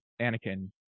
anakin